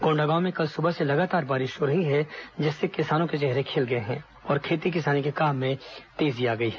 कोंडागांव में कल सुबह से लगातार बारिश हो रही है जिससे किसानों के चेहरे खिल गए हैं और खेती किसानी के काम में तेजी आ गई है